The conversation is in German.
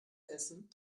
essen